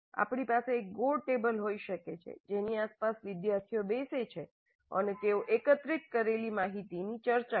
આપણી પાસે એક ગોળ ટેબલ હોઈ શકે છે જેની આસપાસ વિદ્યાર્થીઓ બેસે છે અને તેઓ એકત્રિત કરેલી માહિતીની ચર્ચા કરે છે